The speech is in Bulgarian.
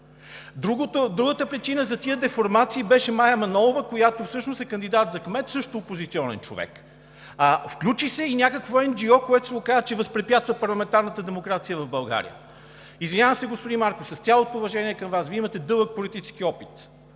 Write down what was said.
Другата причина за тези деформации беше Мая Манолова, която всъщност е кандидат за кмет – също опозиционен човек. Включи се и някакво енджио, което се оказа, че възпрепятства парламентарната демокрация в България. Извинявам се, господин Марков, с цялото уважение към Вас, Вие имате дълъг политически опит,